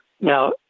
Now